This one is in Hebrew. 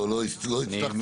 לא הצלחתם.